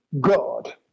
God